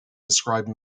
describe